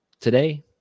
Today